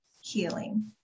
healing